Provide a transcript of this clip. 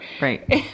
right